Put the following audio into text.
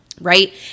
Right